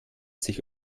sich